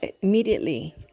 immediately